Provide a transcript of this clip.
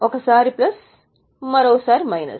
ఒక సారి ప్లస్ మరియు మరోసారి మైనస్